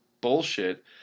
bullshit